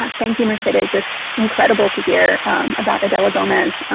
um thank you, mercedes. that's incredible to hear about adelea gomez.